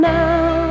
now